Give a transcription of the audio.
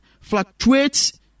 fluctuates